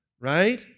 right